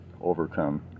overcome